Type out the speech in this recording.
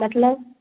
मतलब